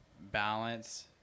balance